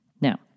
Now